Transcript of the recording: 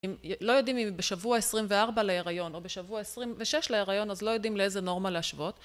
אם לא יודעים אם בשבוע 24 להיריון או בשבוע 26 להיריון, אז לא יודעים לאיזה נורמה להשוות...